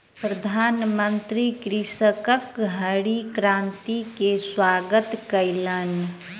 प्रधानमंत्री कृषकक हरित क्रांति के स्वागत कयलैन